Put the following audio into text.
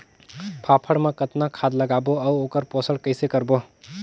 फाफण मा कतना खाद लगाबो अउ ओकर पोषण कइसे करबो?